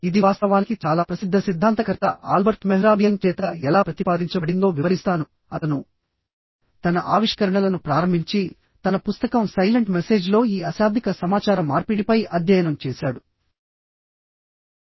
ఇది వాస్తవానికి చాలా ప్రసిద్ధ సిద్ధాంతకర్త ఆల్బర్ట్ మెహ్రాబియన్ చేత ఎలా ప్రతిపాదించబడిందో వివరిస్తాను అతను తన ఆవిష్కరణలను ప్రారంభించి తన పుస్తకం సైలెంట్ మెసేజ్ లో ఈ అశాబ్దిక సమాచార మార్పిడిపై అధ్యయనం చేశాడు